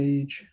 Page